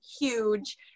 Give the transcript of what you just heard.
huge